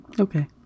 Okay